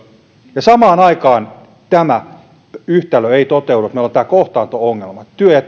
ja samaan aikaan tämä yhtälö ei toteudu meillä on tämä kohtaanto ongelma työ ja